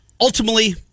ultimately